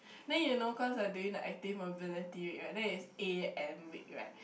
then you know cause I doing the active mobility week right then it's a_m week right